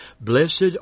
Blessed